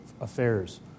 affairs